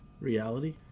reality